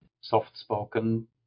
soft-spoken